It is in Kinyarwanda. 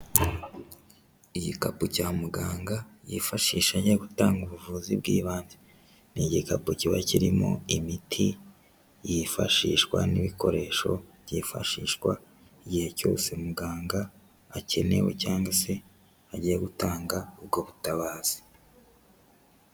Igikapu cya muganga yifashisha ajya gutanga ubuvuzi bw'ibanze, ni igikapu kiba kirimo imiti yifashishwa, n'ibikoresho byifashishwa igihe cyose muganga akenewe cyangwa se agiye gutanga ubwo butabazi.